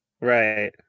Right